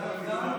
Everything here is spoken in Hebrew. גלעד ארדן,